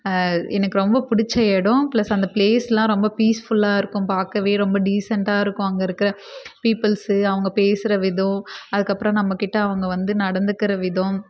எனக்கு ரொம்ப பிடிச்ச எடம் ப்ளஸ் அந்த பிலேஸ்லாம் ரொம்ப பீஸ்ஃபுல்லாக இருக்கும் பார்க்கவே ரொம்ப டீசெண்டாக இருக்கும் அங்கே இருக்கிற பீப்பிள்ஸு அவங்க பேசுகிற விதம் அதுக்கப்பறம் நம்மகிட்ட அவங்க வந்து நடந்துக்கிற விதம்